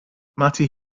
marty